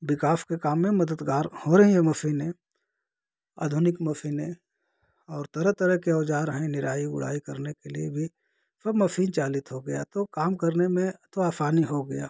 विकास के काम में मददगार हो रही हैं मसीनें आधुनिक मसीनें और तरह तरह के औजार हैं निराई गुड़ाई करने के लिए भी सब मसीन चालित हो गया तो काम करने में तो आसानी हो गया